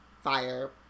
fire